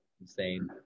insane